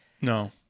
No